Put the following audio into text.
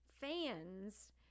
fans